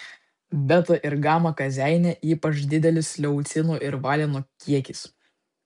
beta ir gama kazeine ypač didelis leucino ir valino kiekis